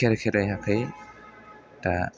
केर खेरायाखै दा